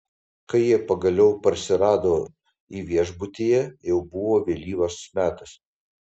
kai jie pagaliau parsirado į viešbutyje jau buvo vėlyvas metas